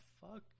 Fuck